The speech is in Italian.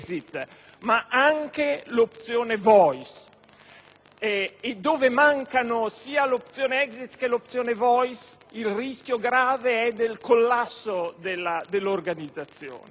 ma anche l'opzione *voice*. E dove mancano sia l'opzione *exit* che l'opzione *voice* il rischio grave è del collasso dell'organizzazione.